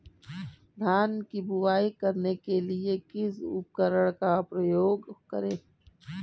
धान की बुवाई करने के लिए किस उपकरण का उपयोग करें?